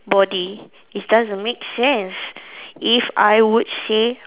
body it doesn't make sense if I would say